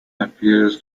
appears